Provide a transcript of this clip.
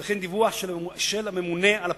וכן דיווח של הממונה על הפרטיות.